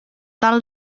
tal